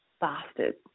bastard